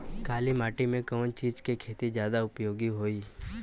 काली माटी में कवन चीज़ के खेती ज्यादा उपयोगी होयी?